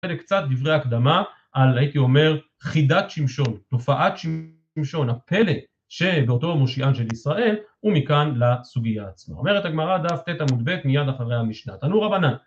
קצת דברי הקדמה על הייתי אומר חידת שמשון, תופעת שמשון, הפלא שבאותו מושיעם של ישראל ומכאן לסוגיה עצמה. אומרת הגמרא, דף ט עמוד מיד אחרי המשנה. תנו רבנן.